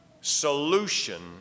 solution